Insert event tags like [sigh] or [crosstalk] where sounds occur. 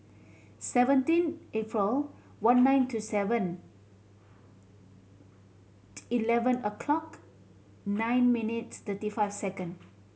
seventeen April one nine two seven [unintelligible] eleven o'clock nine minutes thirty five second